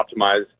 optimize